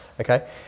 okay